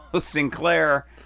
Sinclair